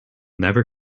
never